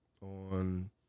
On